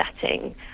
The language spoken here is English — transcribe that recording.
setting